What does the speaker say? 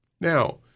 Now